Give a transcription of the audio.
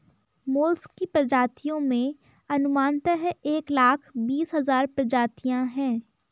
mollusc की प्रजातियों में अनुमानतः एक लाख बीस हज़ार प्रजातियां है